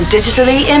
Digitally